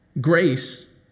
Grace